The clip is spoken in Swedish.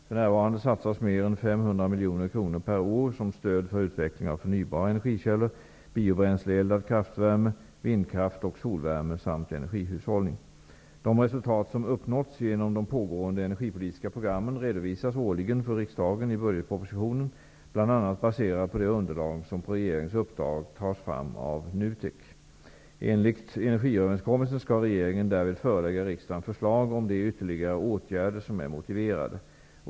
För närvarande satsas mer än 500 miljoner kronor per år som stöd för utveckling av förnybara energikällor, biobränsleeldad kraftvärme, vindkraft och solvärme samt energihushållning. De resultat som uppnåtts genom de pågående energipolitiska programmen redovisas årligen för riksdagen i budgetpropositionen bl.a. baserat på det underlag som på regeringens uppdrag tas fram av NUTEK. Enligt energiöverenskommelsen skall regeringen därvid förelägga riksdagen förslag om de ytterligare åtgärder som är motiverade.